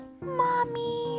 Mommy